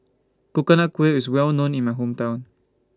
Coconut Kuih IS Well known in My Hometown